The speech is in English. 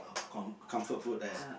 oh com~ comfort food leh